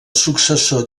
successor